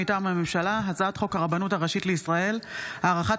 מטעם הממשלה: הצעת חוק הרבנות הראשית לישראל (הארכת